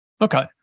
Okay